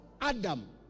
Adam